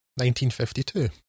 1952